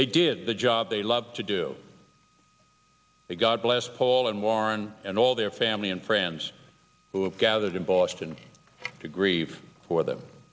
they did the job they love to do it god bless paul and warren and all their family and friends who have gathered in boston to grieve for them